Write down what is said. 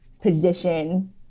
position